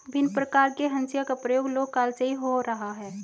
भिन्न प्रकार के हंसिया का प्रयोग लौह काल से ही हो रहा है